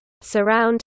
surround